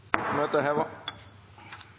Møtet er heva.